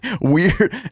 weird